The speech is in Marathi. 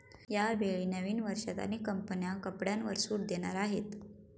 यावेळी नवीन वर्षात अनेक कंपन्या कपड्यांवर सूट देणार आहेत